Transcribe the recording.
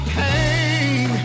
pain